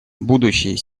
будущее